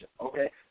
okay